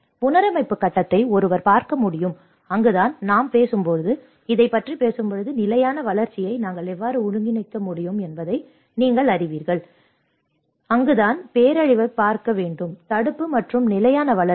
புனரமைப்பு கட்டத்தை ஒருவர் பார்க்க முடியும் அங்குதான் நாம் பேசும்போது இதைப் பற்றி பேசும்போது நிலையான வளர்ச்சியை நாங்கள் எவ்வாறு ஒருங்கிணைக்க முடியும் என்பதை நீங்கள் அறிவீர்கள் என்பதை புரிந்து கொள்ள வேண்டும் அங்குதான் பேரழிவைப் பார்க்க வேண்டும் தடுப்பு மற்றும் நிலையான வளர்ச்சி